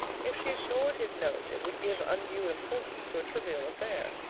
if she ignored his note it would give undue importance to a trivial affair.